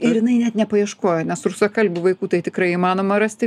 ir jinai net nepaieškojo nes rusakalbių vaikų tai tikrai įmanoma rasti